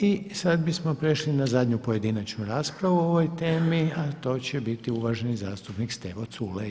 I sad bismo prešli na zadnju pojedinačnu raspravu o ovoj temi a to će biti uvaženi zastupnik Stevo Culej.